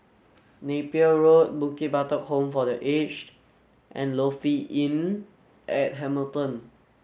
Napier Road Bukit Batok Home for the Aged and Lofi Inn at Hamilton